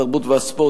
התרבות והספורט,